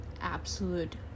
absolute